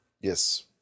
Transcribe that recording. Yes